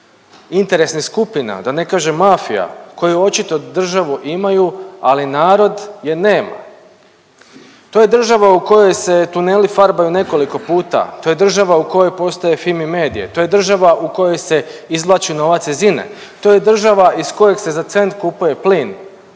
interesnih skupina da ne kažem mafija koju očito državu imaju, ali narod je nema. To je država u kojoj se tuneli farbaju nekoliko puta, to je država u kojoj postoje Fimi Medije, to je država u kojoj se izvlači novac iz INA-e, to je država iz kojeg se za cent kupuje plin.